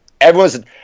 everyone's